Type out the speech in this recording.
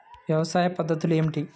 వ్యవసాయ పద్ధతులు ఏమిటి?